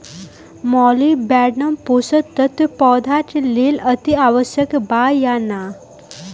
Molybdenum पोषक तत्व पौधा के लेल अतिआवश्यक बा या न?